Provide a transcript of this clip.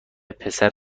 پسر